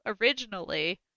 originally